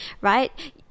right